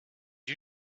you